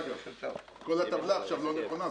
כל הטבלה עכשיו לא נכונה.